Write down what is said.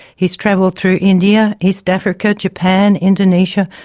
he's travelled through india, east africa, japan, indonesia,